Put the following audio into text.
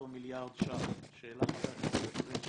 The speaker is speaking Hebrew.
אותו מיליארד שקלים שהעלה חבר הכנסת פריג'